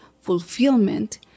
fulfillment